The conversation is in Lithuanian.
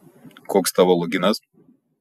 koks tavo loginas